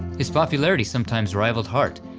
his popularity sometimes rivaled hart,